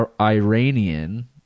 Iranian